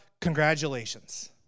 Congratulations